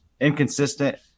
inconsistent